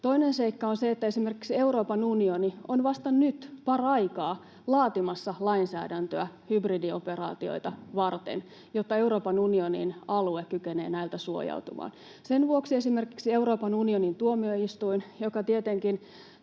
Toinen seikka on se, että esimerkiksi Euroopan unioni on vasta nyt, paraikaa, laatimassa lainsäädäntöä hybridioperaatioita varten, jotta Euroopan unionin alue kykenee näiltä suojautumaan. Sen vuoksi esimerkiksi Euroopan unionin tuomioistuin, joka tietenkin